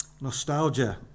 Nostalgia